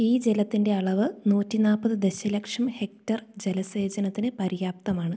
ഈ ജലത്തിന്റെ അളവ് നൂറ്റി നാൽപ്പത് ദശലക്ഷം ഹെക്ടർ ജലസേചനത്തിന് പര്യാപ്തമാണ്